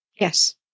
Yes